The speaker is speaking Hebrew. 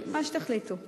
מה שתחליטו מקובל.